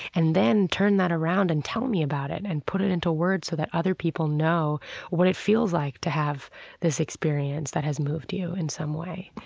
and then turn that around and tell me about it and put it into words so that other people know what it feels like to have this experience that has moved you in some way.